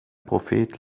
prophet